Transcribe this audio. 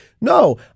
No